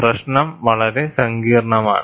പ്രശ്നം വളരെ സങ്കീർണ്ണമാണ്